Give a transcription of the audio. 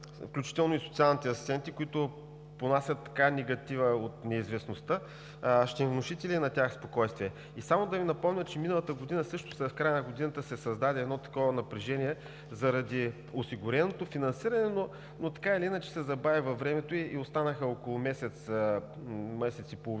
включително и социалните асистенти, които понасят негатива от неизвестността: ще им внушите ли и на тях спокойствие? Да Ви напомня, че в края на миналата година също се създаде такова напрежение заради осигуреното финансиране, но така или иначе се забави във времето и останаха около месец, месец и половина